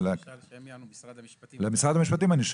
שואל את משרד המשפטים,